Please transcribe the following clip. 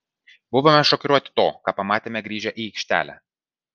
buvome šokiruoti to ką pamatėme grįžę į aikštelę